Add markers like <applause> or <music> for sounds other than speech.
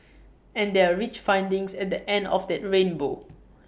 <noise> and there are rich findings at the end of that rainbow